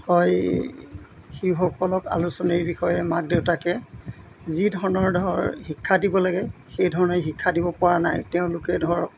হয় শিশুসকলক আলোচনীৰ বিষয়ে মাক দেউতাকে যি ধৰণৰ ধৰ শিক্ষা দিব লাগে সেইধৰণে শিক্ষা দিব পৰা নাই তেওঁলোকে ধৰক